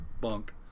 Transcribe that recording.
bunk